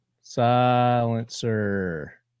Silencer